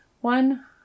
one